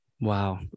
wow